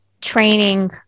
training